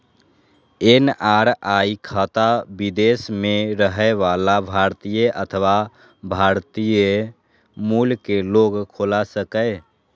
NRI खाता विदेश मे रहै बला भारतीय अथवा भारतीय मूल के लोग खोला सकैए